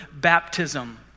baptism